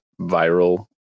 viral